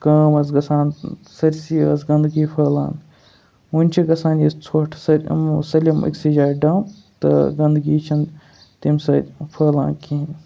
کٲم ٲس گژھان سٲرسٕے ٲس گنٛدگی پھٲلان وٕنۍ چھِ گژھان یہِ ژھۄٹھ سۭتۍ یِمو سٲلِم أکۍسٕے جایہِ ڈَمپ تہٕ گنٛدگی چھَنہٕ تمہِ سۭتۍ پھٲلان کِہیٖنۍ